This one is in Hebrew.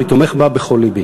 אני תומך בה בכל לבי.